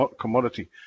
commodity